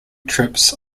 trips